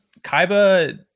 Kaiba